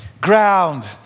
ground